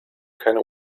keine